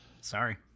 Sorry